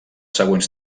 següents